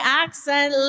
accent